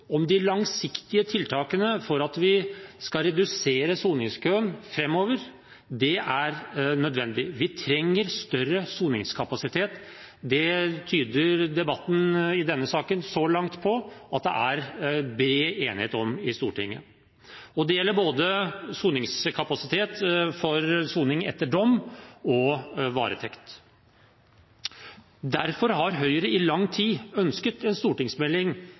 om de langsiktige tiltakene for at vi skal redusere soningskøen framover, er nødvendig. Vi trenger større soningskapasitet – det tyder debatten i denne saken så langt på at det er bred enighet om i Stortinget – og det gjelder både soningskapasitet for soning etter dom og varetekt. Derfor har Høyre i lang tid ønsket en stortingsmelding